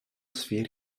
sfeer